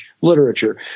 literature